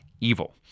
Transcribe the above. evil